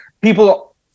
people